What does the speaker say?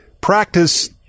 practice